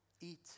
Eat